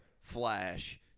Flash